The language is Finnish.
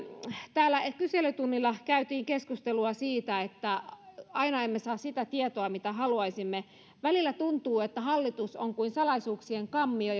kyselytunnilla käytiin keskustelua siitä että aina emme saa sitä tietoa mitä haluaisimme välillä tuntuu että hallitus on kuin salaisuuksien kammio